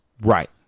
right